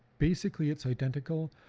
basically it's identical.